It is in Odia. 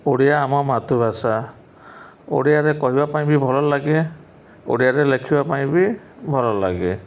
ଓଡ଼ିଆ ଆମ ମାତୃଭାଷା ଓଡ଼ିଆରେ କହିବା ପାଇଁ ବି ଭଲ ଲାଗେ ଓଡ଼ିଆରେ ଲେଖିବା ପାଇଁ ବି ଭଲ ଲାଗେ